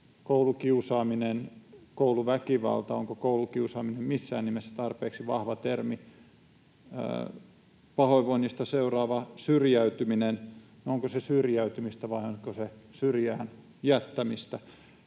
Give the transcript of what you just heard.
Koulukiusaaminen, kouluväkivalta — onko koulukiusaaminen missään nimessä tarpeeksi vahva termi? Pahoinvoinnista seuraava syrjäytyminen — onko se syrjäytymistä, vai onko se syrjään jättämistä?